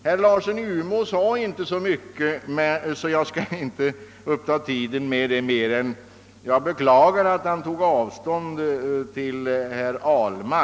Herr Larsson i Umeå sade inte så mycket, varför jag inte skall uppta tiden med det mer än att säga, att jag beklagar att han tog avstånd från herr Ahlmark.